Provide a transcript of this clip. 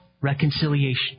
Reconciliation